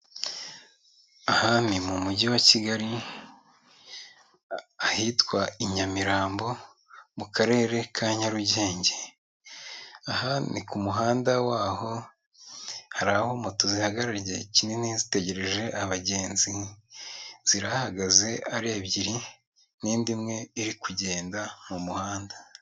Aha ni mu mujyi wa Kigali ahitwa i Nyamirambo, mu Karere ka Nyarugenge, aha ni ku muhanda waho, hari aho moto zihagarara igihe kinini zitegereje abagenzi, zirahahagaze ari ebyiri n'indi imwe iri kugenda mu muhanda.